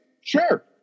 Sure